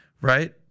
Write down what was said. right